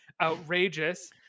outrageous